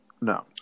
No